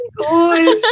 Cool